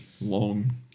long